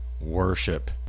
worship